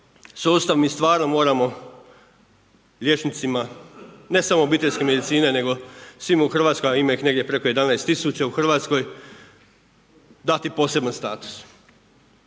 sustav, mi stvarno moramo liječnicima ne samo obiteljske medicine, nego svima u Hrvatskom, a ima ih negdje preko 11000 u Hrvatskoj dati poseban status.